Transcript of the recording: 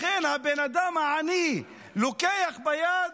לכן, הבן אדם העני לוקח ביד,